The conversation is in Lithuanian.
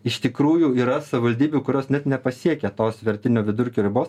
iš tikrųjų yra savivaldybių kurios net nepasiekia tos svertinio vidurkio ribos